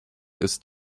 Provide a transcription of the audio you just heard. ist